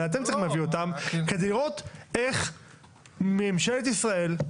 אלא אתם צריכים להביא אותם כדי לראות איך ממשלת ישראל,